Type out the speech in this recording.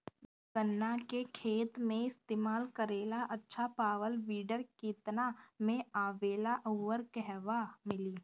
गन्ना के खेत में इस्तेमाल करेला अच्छा पावल वीडर केतना में आवेला अउर कहवा मिली?